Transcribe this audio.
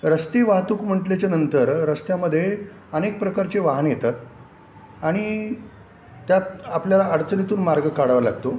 रस्ते वाहतूक म्हंटल्याच्या नंतर रस्त्यामध्ये अनेक प्रकारचे वाहन येतात आणि त्यात आपल्याला अडचणीतून मार्ग काढवा लागतो